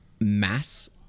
mass